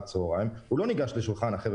הם לא ניגשים לשולחנות אחרים,